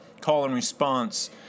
call-and-response